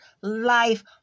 life